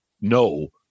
no